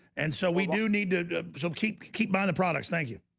and so we do need to so keep keep buying the products. thank you.